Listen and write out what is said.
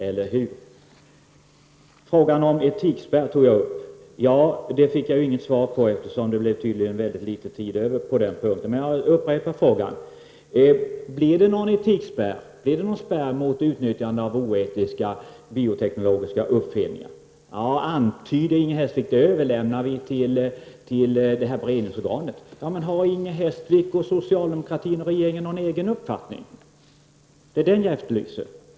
Jag tog upp frågan om en etikspärr, men den fick jag inte något svar på, eftersom det tydligen blev så litet tid över till den frågan. Jag upprepar dock min fråga: Blir det någon etikspärr mot utnyttjande av oetiska, bioteknologiska uppfinningar? Inger Hestvik antydde att den frågan skall överlämnas till beredningsorganet. Har inte Inger Hestvik, regeringen och socialdemokratin någon egen uppfattning? Det är den jag efterlyser.